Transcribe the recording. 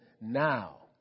now